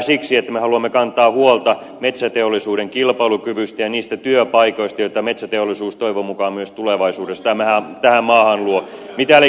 siksi että me haluamme kantaa huolta metsäteollisuuden kilpailukyvystä ja niistä työpaikoista joita metsäteollisuus toivon mukaan myös tulevaisuudessa tähän maahan luo